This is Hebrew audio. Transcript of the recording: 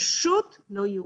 פשוט לא יאומן.